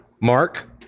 Mark